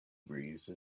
breeze